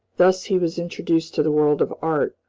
thus he was introduced to the world of art,